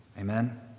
amen